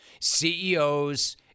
CEOs